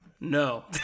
No